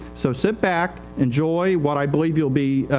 so sit back, enjoy what i believe youill be,